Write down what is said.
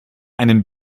einen